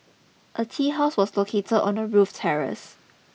a tea house was located on the roof terrace